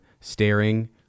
staring